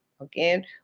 again